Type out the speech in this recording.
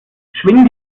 schwing